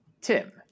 Tim